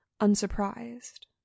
unsurprised